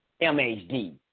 MHD